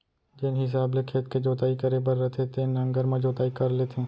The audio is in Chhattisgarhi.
जेन हिसाब ले खेत के जोताई करे बर रथे तेन नांगर म जोताई कर लेथें